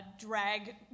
drag